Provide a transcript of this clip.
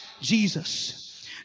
Jesus